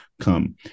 come